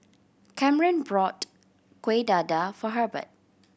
Kamryn bought Kueh Dadar for Hebert